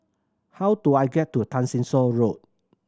how do I get to Tessensohn Road